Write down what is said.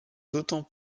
d’autant